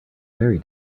very